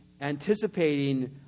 anticipating